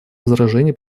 возражений